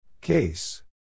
Case